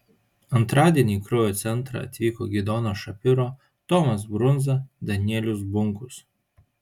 antradienį į kraujo centrą atvyko gidonas šapiro tomas brundza danielius bunkus